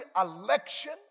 election